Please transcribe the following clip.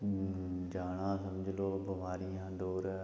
जाना समझी लो बमारियां दूर